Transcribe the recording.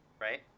right